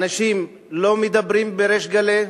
אנשים לא מדברים בריש גלי.